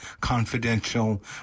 Confidential